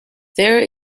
there